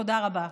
תודה רבה.